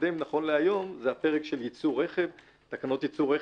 מתקדם נכון להיום זה הפרק של תקנות ייצור רכב,